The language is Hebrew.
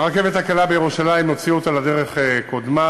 הרכבת הקלה בירושלים, הוציא אותה לדרך קודמי,